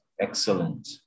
excellent